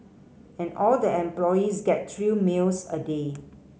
and all the employees get three meals a day